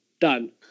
Done